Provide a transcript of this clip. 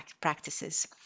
practices